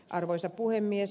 arvoisa puhemies